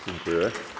Dziękuję.